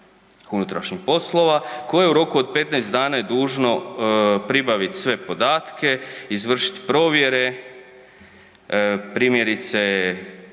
podnosi ga MUP-u koje u roku od 15 dana je dužno pribaviti sve podatke, izvršit provjere, primjerice,